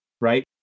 right